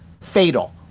fatal